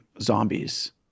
zombies